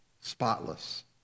spotless